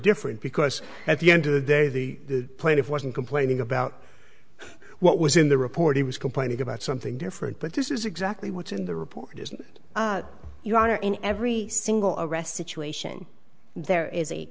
different because at the end of the day the plaintiff wasn't complaining about what was in the report he was complaining about something different but this is exactly what's in the report as you are in every single arrest situation there is a